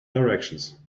directions